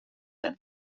and